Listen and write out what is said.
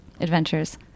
adventures